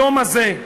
היום הזה,